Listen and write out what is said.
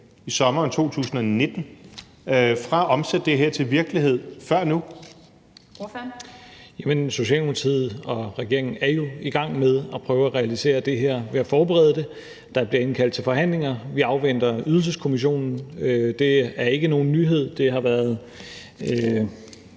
Ordføreren. Kl. 15:52 Rasmus Stoklund (S): Jamen Socialdemokratiet og regeringen er i gang med at prøve at realisere det her ved at forberede det. Der bliver indkaldt til forhandlinger. Vi afventer Ydelseskommissionen. Det er ikke nogen nyhed, det har været